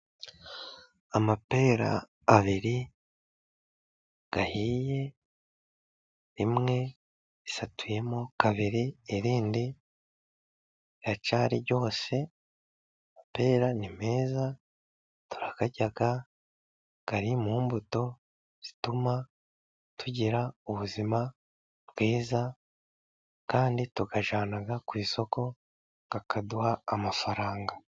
Amapera abiri ahiye, rimwe risatuyemo kabiri, irindi riracyari ryose, amapera ni meza turayarya ari mu mbuto zituma tugira ubuzima bwiza, kandi tuyajyana ku isoko, akaduha amafaranga.